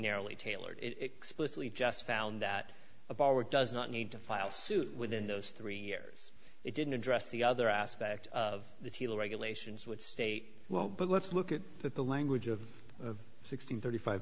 narrowly tailored explicitly just found that a power does not need to file suit within those three years it didn't address the other aspect of the title regulations which state well but let's look at the language of sixteen thirty five